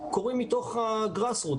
קורים מתוך ה-grassroots,